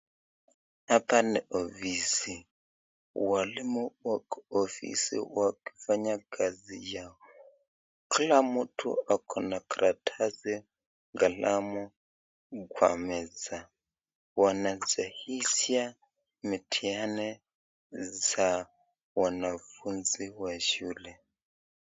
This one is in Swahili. Hapa ni ofisi, walimu wako ofisi wakifanya kazi yao, kila mtu ako na karatasi, kalamu kwa meza wanasahihisha mtihani za wanafunzi wa shule.